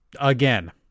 Again